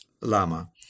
lama